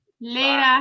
Later